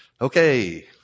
Okay